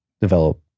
develop